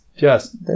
Yes